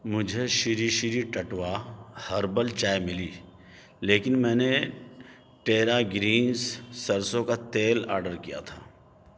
مجھے شری شری ٹٹوا ہربل چائے ملی لیکن میں نے ٹیرا گرینس سرسوں کا تیل آرڈر کیا تھا